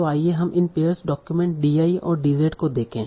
तो आइए हम इन पेयर्स डॉक्यूमेंट di और dz को देखें